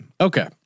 Okay